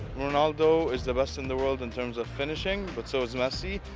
ronaldo is the best in the world in terms of finishing, but so is messi,